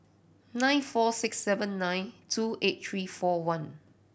nine four six seven nine two eight three four one